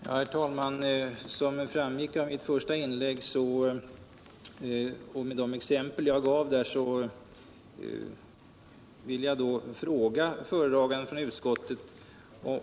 Herr talraan! Med hänvisning till mitt första inlägg och de exempel jag där gav vill jag ställa en fråga till utskottets talesman.